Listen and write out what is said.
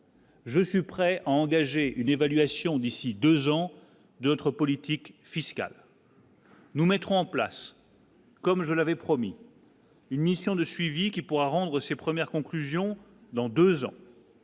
Je suis prêt à engager une évaluation d'ici 2 ans de notre politique fiscale. Nous mettrons en place, comme je l'avais promis. Une mission de suivi qui pourra rendre ses premières conclusions dans 2 ans.